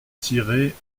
tirés